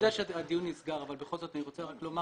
אני יודע שהדיון נסגר אבל בכל זאת אני רוצה לומר